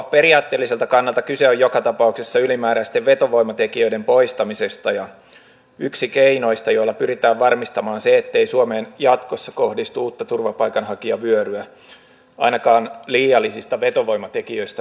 periaatteelliselta kannalta kyse on joka tapauksessa ylimääräisten vetovoimatekijöiden poistamisesta ja se on yksi keinoista joilla pyritään varmistamaan se ettei suomeen jatkossa kohdistu uutta turvapaikanhakijavyöryä ainakaan liiallisista vetovoimatekijöistä johtuen